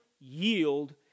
yield